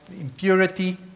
impurity